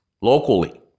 Locally